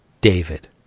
David